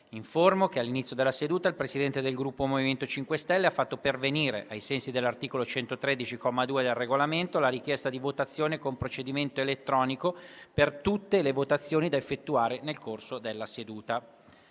che all'inizio della seduta il Presidente del Gruppo MoVimento 5 Stelle ha fatto pervenire, ai sensi dell'articolo 113, comma 2, del Regolamento, la richiesta di votazione con procedimento elettronico per tutte le votazioni da effettuare nel corso della seduta.